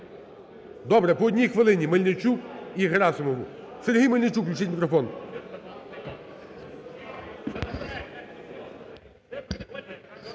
Добре, по 1 хвилині Мельничук і Герасимов. Сергій Мельничук, включіть мікрофон.